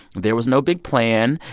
there was no big plan.